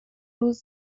روز